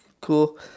cool